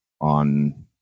on